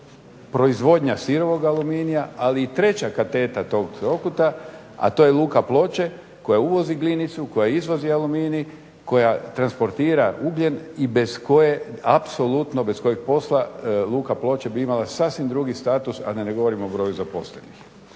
proizvodnja sirovog aluminija, ali i treća kateta tog trokuta, a to je Luka Ploče koja uvozi glinicu, koja izvozi aluminij, koja transportira ugljen i bez kojeg posla apsolutno Luka Ploče bi imala sasvim drugi status, a da ne govorim o broju zaposlenih.